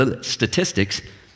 statistics